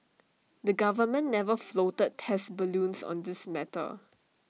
the government never floated test balloons on this matter